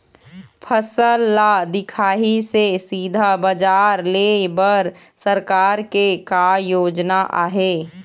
फसल ला दिखाही से सीधा बजार लेय बर सरकार के का योजना आहे?